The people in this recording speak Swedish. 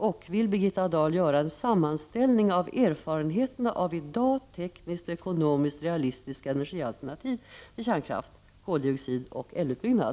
Och vill Birgitta Dahl göra en sammanställning av erfarenheterna av i dag tekniskt och ekonomiskt realistiska energialternativ till kärnkraft, koldioxid och älvutbyggnad?